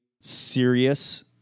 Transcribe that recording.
serious